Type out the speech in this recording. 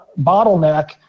bottleneck